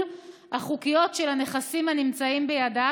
החוקיות של הנכסים הנמצאים בידיו,